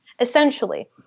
essentially